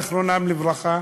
זיכרונן לברכה,